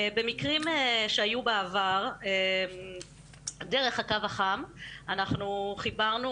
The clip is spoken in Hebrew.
במקרים שהיו בעבר דרך הקו החם אנחנו חיברנו